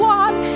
one